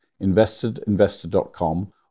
investedinvestor.com